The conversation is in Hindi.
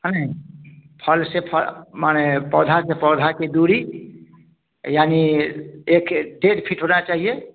है ना फल से फ माने पौधे से पौधे के दूरी यानी एक डेढ़ फिट होना चाहिए